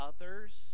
others